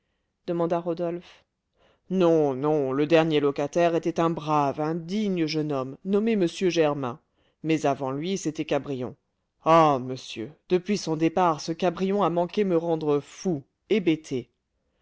demanda rodolphe non non le dernier locataire était un brave un digne jeune homme nommé m germain mais avant lui c'était cabrion ah monsieur depuis son départ ce cabrion a manqué me rendre fou